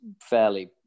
fairly